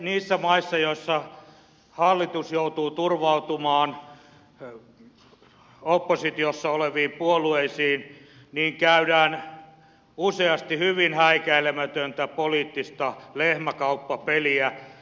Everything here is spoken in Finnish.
niissä maissa joissa hallitus joutuu turvautumaan oppositiossa oleviin puolueisiin käydään useasti hyvin häikäilemätöntä poliittista lehmänkauppapeliä